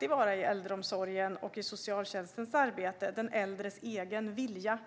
Inom äldreomsorgen och i socialtjänstens arbete ska alltid den äldres egen vilja